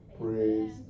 Praise